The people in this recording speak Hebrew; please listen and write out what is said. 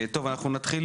אנחנו נעבור